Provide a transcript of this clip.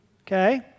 Okay